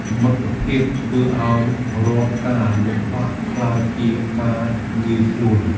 មិត្តភាពធ្វើឱ្យរាល់ការលំបាកក្លាយជាការងាយស្រួល។